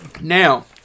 Now